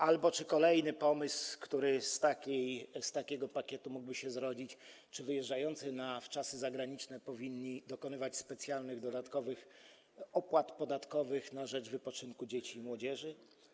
Albo kolejny pomysł, który z takiego pakietu mógłby się zrodzić: Czy wyjeżdżający na wczasy zagraniczne powinni dokonywać specjalnych, dodatkowych opłat podatkowych na rzecz wypoczynku dzieci i młodzieży?